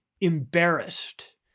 embarrassed